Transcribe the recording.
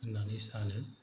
होननानै सानो